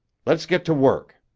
let's get to work.